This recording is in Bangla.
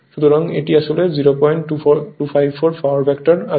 সুতরাং এটি আসলে 0254 পাওয়ার ফ্যাক্টর আসছে